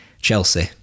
Chelsea